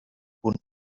bunten